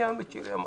אני את שלי אמרתי.